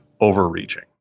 overreaching